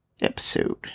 episode